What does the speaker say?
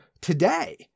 today